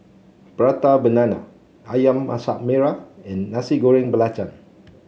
Prata Banana ayam Masak Merah and Nasi Goreng Belacan